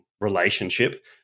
relationship